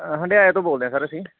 ਹੰਡਿਆਏ ਤੋਂ ਬੋਲਦੇ ਆ ਸਰ ਅਸੀਂ